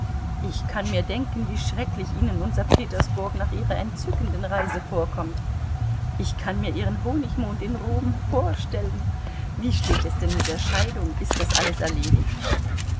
ich kann mir denken wie schrecklich ihnen unser petersburg nach ihrer entzückenden reise vorkommt ich kann mir ihren honigmond in rom vorstellen wie steht es denn mit der scheidung ist das alles erledigt